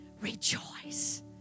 Rejoice